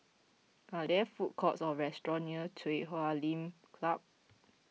are there food courts or restaurants near Chui Huay Lim Club